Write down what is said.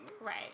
right